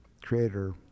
Creator